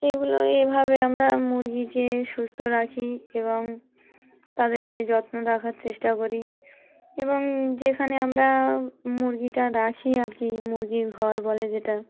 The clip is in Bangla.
এগুলো এভাবে আমরা মুরগিকে সুস্থ রাখি এবং তাদেরকে যত্নে রাখার চেষ্টা করি এবং যেখানে আমরা মুরগিটা রাখি আর কি মুরগির ঘর বলে যেটা